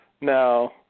No